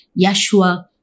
Yeshua